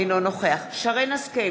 אינו נוכח שרן השכל,